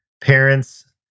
parents